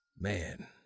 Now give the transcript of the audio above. Man